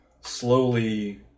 slowly